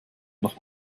noch